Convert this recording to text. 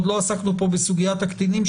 עוד לא עסקנו פה בסוגיית הקטינים,